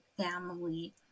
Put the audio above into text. family